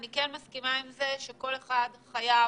אני כן מסכימה עם זה שכל אחד חייב,